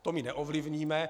To my neovlivníme.